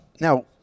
Now